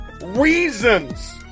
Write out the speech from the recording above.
Reasons